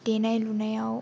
दानाय लुनायाव